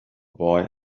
boy